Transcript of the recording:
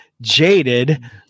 jaded